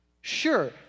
Sure